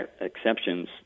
exceptions